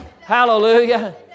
Hallelujah